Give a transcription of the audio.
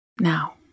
Now